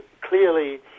clearly